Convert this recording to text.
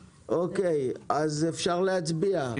אפשר להצביע?